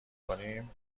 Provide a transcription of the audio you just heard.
کنیم